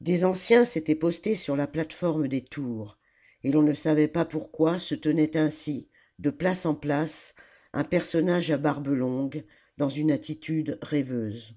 des anciens s'étaient postés sur la plate-forme des tours et l'on ne savait pas pourquoi se tenait ainsi de place en place un personnage à barbe longue dans une attitude rêveuse